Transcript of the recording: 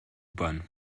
bahn